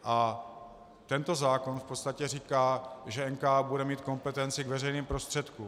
A tento zákon v podstatě říká, že NKÚ bude mít kompetenci k veřejným prostředkům.